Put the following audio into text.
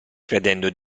credendo